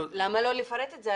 למה לא לפרט את זה?